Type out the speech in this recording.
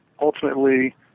ultimately